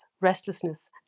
restlessness